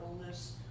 illness